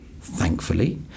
thankfully